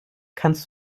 kannst